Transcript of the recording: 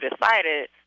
decided